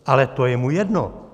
Ale to je mu jedno.